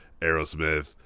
Aerosmith